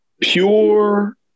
pure